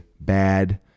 bad